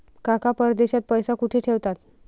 काका परदेशात पैसा कुठे ठेवतात?